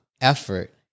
effort